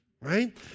right